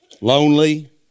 lonely